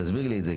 תסביר לי את זה.